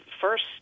first